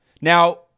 Now